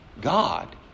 God